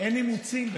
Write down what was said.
אין אימוצים בכלל.